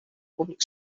public